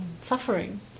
suffering